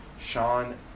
Sean